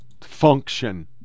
function